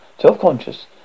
self-conscious